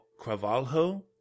Cravalho